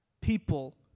people